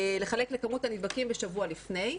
לחלק לכמות הנדבקים בשבוע לפני.